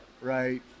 right